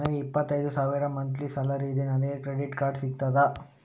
ನನಗೆ ಇಪ್ಪತ್ತೈದು ಸಾವಿರ ಮಂತ್ಲಿ ಸಾಲರಿ ಇದೆ, ನನಗೆ ಕ್ರೆಡಿಟ್ ಕಾರ್ಡ್ ಸಿಗುತ್ತದಾ?